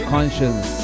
Conscience